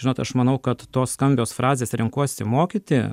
žinot aš manau kad tos skambios frazės renkuosi mokyti